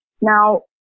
Now